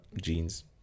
jeans